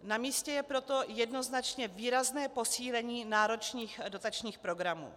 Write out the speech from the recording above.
Namístě je proto jednoznačně výrazné posílení náročných dotačních programů.